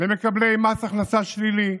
למקבלי מס הכנסה שלילי,